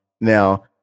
Now